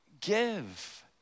give